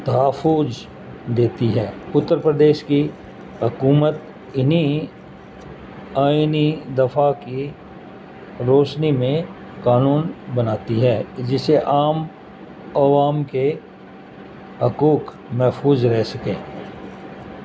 تحفظ دیتی ہے اتر پردیش کی حکومت انہیں آئینی دفعہ کی روشنی میں قانون بناتی ہے جسے عام عوام کے حقوق محفوظ رہ سکیں